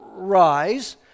rise